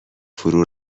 فرو